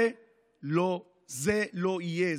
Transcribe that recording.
זה לא יהיה.